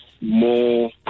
more